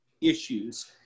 issues